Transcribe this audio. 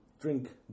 drink